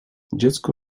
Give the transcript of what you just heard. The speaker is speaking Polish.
dziecko